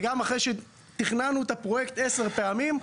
וגם אחרי שתכננו את הפרויקט עשר פעמים,